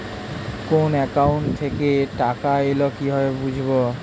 কোন একাউন্ট থেকে টাকা এল কিভাবে বুঝব?